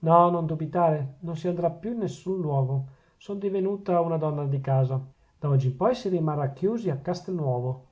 no non dubitare non si andrà più in nessun luogo son divenuta una donna di casa da oggi in poi si rimarrà chiusi a castelnuovo